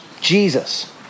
Jesus